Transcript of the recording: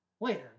later